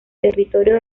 territorio